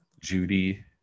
Judy